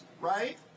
right